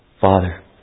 Father